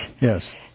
Yes